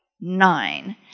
Nine